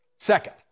Second